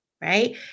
right